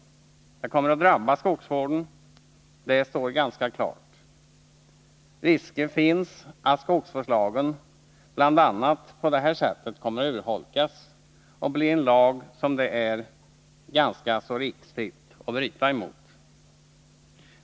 Att detta kommer att drabba skogsvården är ganska klart, och risk finns bl.a. att skogsvårdslagen på det sättet kommer att urholkas och bli en lag som det är i det närmaste riskfritt att bryta emot.